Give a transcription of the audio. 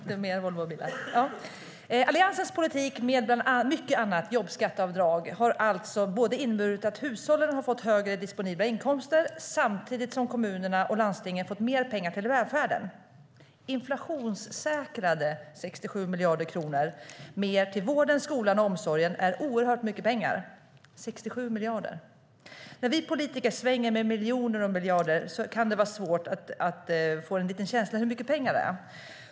Herr talman! Alliansens politik med bland mycket annat jobbskatteavdrag har inneburit att hushållen har fått högre disponibla inkomster samtidigt som kommunerna och landstingen fått mer pengar till välfärden. Inflationssäkrade 67 miljarder kronor mer till vård, skola och omsorg är oerhört mycket pengar. När vi politiker svänger oss med miljoner och miljarder kan det vara svårt att få en känsla för hur mycket pengar det är.